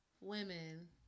women